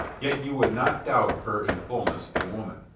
yet you would not doubt her in fullness a woman.